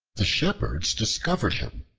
the shepherds discovered him,